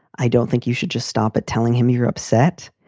i don't think you should just stop at telling him you're upset.